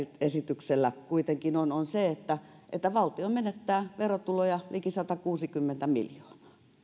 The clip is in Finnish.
esityksellä kuitenkin on on se että että valtio menettää verotuloja liki satakuusikymmentä miljoonaa